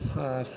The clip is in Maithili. आछे